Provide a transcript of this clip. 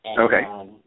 Okay